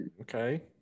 Okay